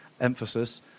emphasis